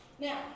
Now